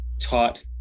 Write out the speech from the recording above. taught